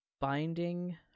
binding